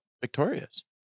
victorious